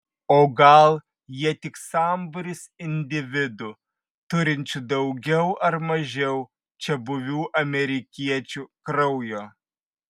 o gal jie tik sambūris individų turinčių daugiau ar mažiau čiabuvių amerikiečių kraujo